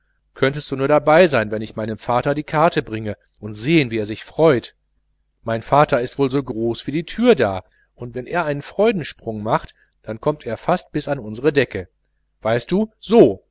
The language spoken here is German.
könntest du nur dabei sein wenn ich meinem vater die karte bringe und sehen wie er sich freut mein vater ist wohl so groß wie die türe da und wenn er einen freudensprung macht dann kommt er fast bis an unsere decke weißt du so